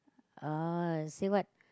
uh say what